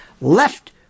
left